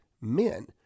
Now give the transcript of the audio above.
men